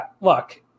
Look